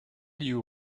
you